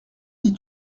dis